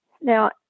Now